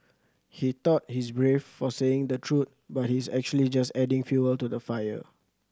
he thought he's brave for saying the truth but he's actually just adding fuel to the fire